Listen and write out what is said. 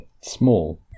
Small